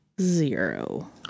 zero